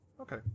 Okay